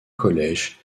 collège